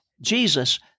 jesus